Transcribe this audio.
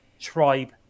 tribe